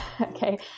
okay